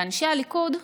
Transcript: ואנשי הליכוד,